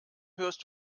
hörst